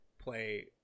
play